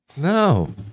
No